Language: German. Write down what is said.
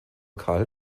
karl